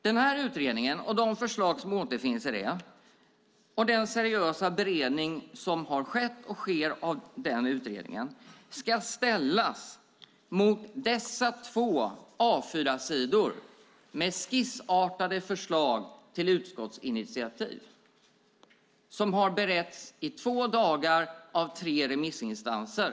Den här utredningen, de förslag som återfinns i den och den seriösa beredning som har skett och sker av utredningen ska ställas mot två A4-sidor med skissartade förslag till utskottsinitiativ som har beretts i två dagar av tre remissinstanser.